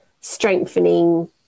strengthening